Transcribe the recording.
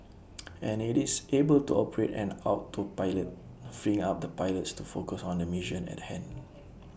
and IT is able to operate on autopilot freeing up the pilots to focus on the mission at the hand